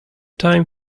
time